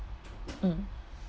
mm